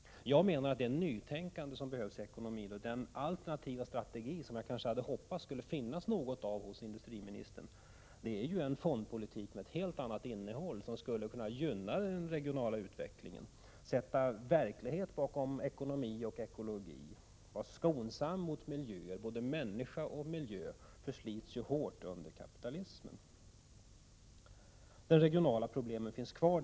Jag menar att det är ett nytänkande som behövs i ekonomin. Den alternativa strategi som jag kanske hade hoppats att det skulle finnas något av hos industriministern innebär en fondpolitik med ett helt annat innehåll som skulle kunna gynna den regionala utvecklingen, i fråga om både ekonomi och ekologi, vara skonsam mot både människa och miljö, som förslits hårt under kapitalismen. De regionala problemen finns kvar.